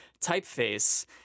typeface